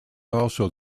also